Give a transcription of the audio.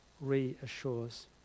reassures